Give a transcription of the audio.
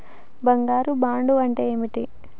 బంగారు బాండు అంటే ఏంటిది?